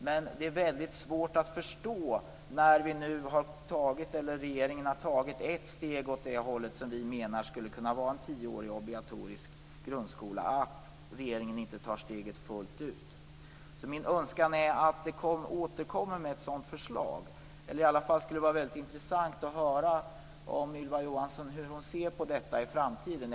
Det är dock väldigt svårt att förstå att regeringen inte tar steget fullt ut när den nu har tagit ett steg mot något som skulle kunna vara en tioårig obligatorisk grundskola. Min önskan är alltså att man skulle återkomma med ett sådant förslag. Det skulle i varje fall vara väldigt intressant att höra hur Ylva Johansson ser på detta i framtiden.